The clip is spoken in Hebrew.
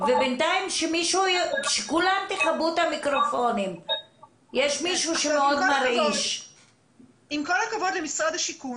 עם כל הכבוד למשרד השיכון,